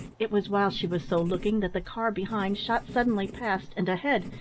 it was while she was so looking that the car behind shot suddenly past and ahead,